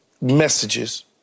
messages